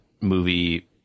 movie